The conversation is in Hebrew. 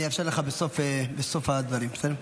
אני אאפשר לך בסוף הדברים, בסדר?